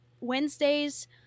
Wednesdays